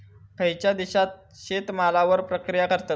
खयच्या देशात शेतमालावर प्रक्रिया करतत?